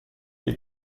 gli